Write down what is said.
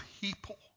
people